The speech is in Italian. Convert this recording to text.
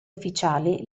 ufficiali